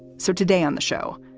so today on the show,